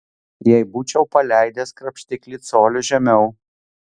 jei būčiau paleidęs krapštiklį coliu žemiau